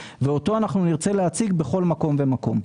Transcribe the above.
ואותו נרצה להציג בכל מקום ומקום.